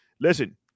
listen